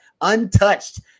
Untouched